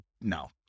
No